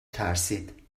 ترسید